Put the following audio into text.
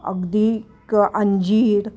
अगदी क अंजीर